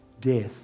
death